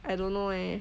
I don't know eh